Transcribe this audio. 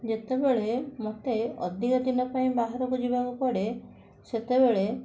ଯେତେବେଳେ ମତେ ଅଧିକ ଦିନ ପାଇଁ ବାହାରକୁ ଯିବାକୁ ପଡ଼େ ସେତେବେଳେ